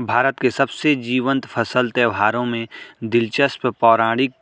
भारत के सबसे जीवंत फसल त्योहारों में दिलचस्प पौराणिक